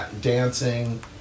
dancing